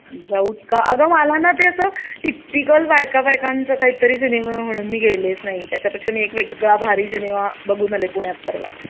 जाऊच का अगं मला ना ते असं टिप्पिकल बायका बायकांचं काही तरी सिनेमा म्हणून मी गेलेच नाही त्याच्यापेक्षा मी एक वेगळा भारी सिनेमा बघून आले पुण्यात परवा